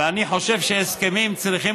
ואני חושב שהסכמים צריכים